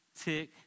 tick